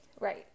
Right